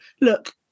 look